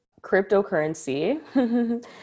Cryptocurrency